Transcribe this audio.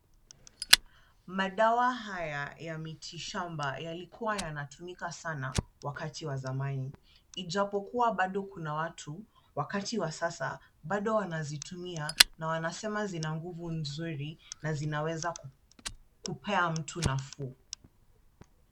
Madawa haya ya miti shamba yalikuwa yanatumika sana wakati wa zamani. Ijapokuwa bado kuna watu wakati wa sasa bado wanazitumia na wanasema zina nguvu nzuri na zinaweza kupea mtu nafuu.